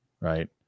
Right